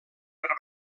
per